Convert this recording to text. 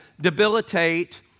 debilitate